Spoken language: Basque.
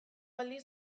aldiz